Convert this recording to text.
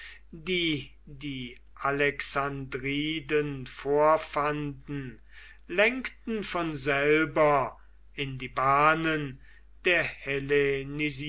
die die alexandriden vorfanden lenkten von selber in die bahnen der